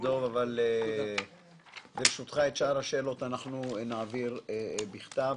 את שאר השאלות אנחנו נעביר בכתב.